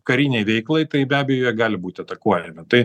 karinei veiklai tai be abejo jie gali būt atakuojami tai